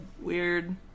weird